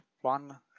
one